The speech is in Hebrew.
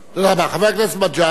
חבר הכנסת מג'אדלה,